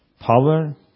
power